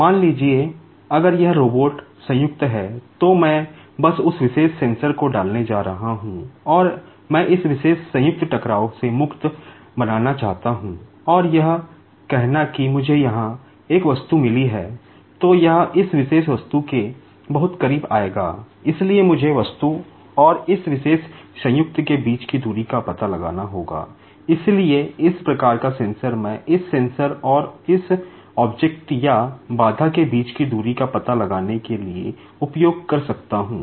मान लीजिए अगर यह रोबोट जॉइंट या बाधा के बीच की दूरी का पता लगाने के लिए उपयोग कर सकता हूं